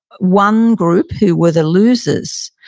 one group, who were the losers,